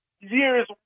years